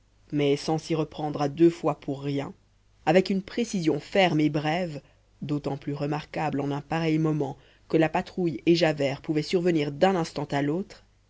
mais sans s'y reprendre à deux fois pour rien avec une précision ferme et brève d'autant plus remarquable en un pareil moment que la patrouille et javert pouvaient survenir d'un instant à l'autre